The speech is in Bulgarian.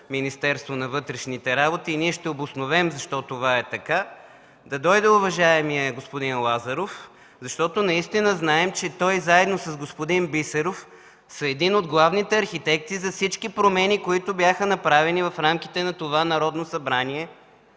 Министерството на вътрешните работи (шум и реплики) и ние ще обосновем защо това е така, да дойде уважаемият господин Лазаров, защото наистина знаем, че той заедно с господин Бисеров са едни от главните архитекти за всички промени, които бяха направени в рамките на това Народно събрание